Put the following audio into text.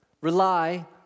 Rely